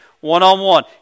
one-on-one